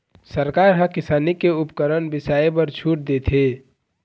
सरकार ह किसानी के उपकरन बिसाए बर छूट देथे